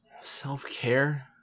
Self-care